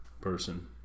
person